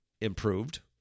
improved